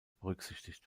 berücksichtigt